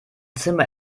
zimmer